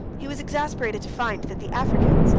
he was exasperated to find that the africans,